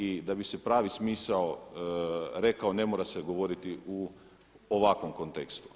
I da bi se pravi smisao rekao ne mora se govoriti u ovakvom kontekstu.